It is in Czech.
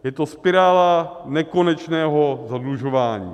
Je to spirála nekonečného zadlužování.